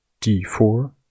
D4